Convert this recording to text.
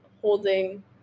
holding